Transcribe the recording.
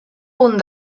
punt